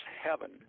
heaven